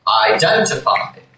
Identify